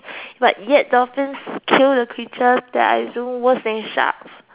but yet dolphins kill the creature that are even worse than sharks